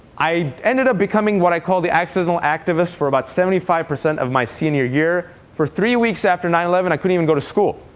i ended up becoming what i call the accidental activist for about seventy five percent of my senior year. for three weeks after nine eleven, i couldn't even go to school.